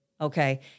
Okay